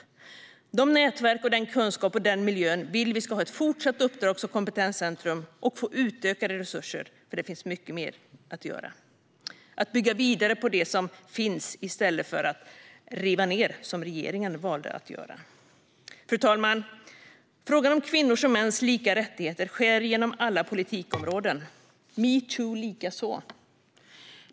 Vi vill att dessa nätverk, denna kunskap och denna miljö ska ha ett fortsatt uppdrag som kompetenscentrum och få utökade resurser, för det finns mycket mer att göra - att bygga vidare på det som finns i stället för att riva ned, som regeringen valde att göra. Fru talman! Frågan om kvinnors och mäns lika rättigheter skär genom alla politikområden, metoo likaså.